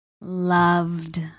loved